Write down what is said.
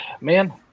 man